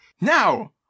Now